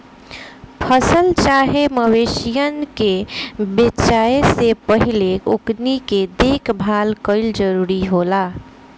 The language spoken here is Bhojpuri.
फसल चाहे मवेशियन के बेचाये से पहिले ओकनी के देखभाल कईल जरूरी होला